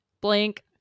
blank